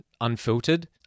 unfiltered